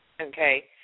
okay